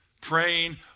praying